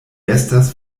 estas